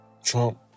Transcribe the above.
Trump